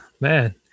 man